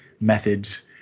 methods